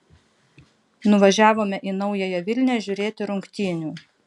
nuvažiavome į naująją vilnią žiūrėti rungtynių